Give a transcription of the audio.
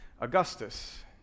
Augustus